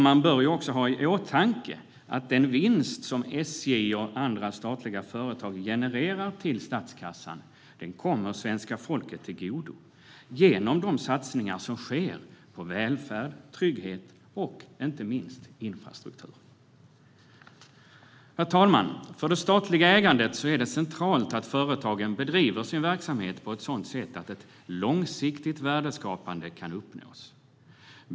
Man bör även ha i åtanke att den vinst som SJ och andra statliga företag genererar till statskassan kommer svenska folket till godo genom de satsningar som sker på välfärd, trygghet och, inte minst, infrastruktur. Herr talman! För det statliga ägandet är det centralt att företagen bedriver sin verksamhet på ett sådant sätt att ett långsiktigt värdeskapande kan uppnås.